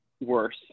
Worse